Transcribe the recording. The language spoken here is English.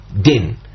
din